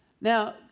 Now